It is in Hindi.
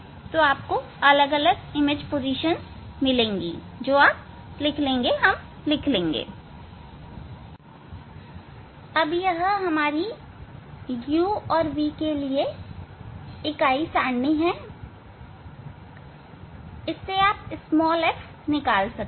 यह u और v के डाटा के लिए इकाई सारणी है और आप इससे f निकाल सकते हैं